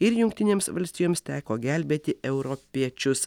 ir jungtinėms valstijoms teko gelbėti europiečius